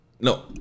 No